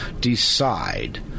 decide